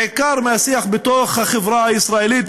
בעיקר מהשיח בתוך החברה הישראלית,